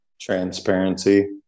transparency